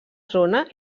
zona